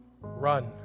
run